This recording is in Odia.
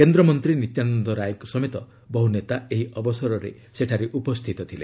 କେନ୍ଦ୍ରମନ୍ତ୍ରୀ ନିତ୍ୟାନନ୍ଦ ରାୟଙ୍କ ସମେତ ବହ୍ର ନେତା ଏହି ଅବସରରେ ସେଠାରେ ଉପସ୍ଥିତ ଥିଲେ